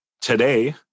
today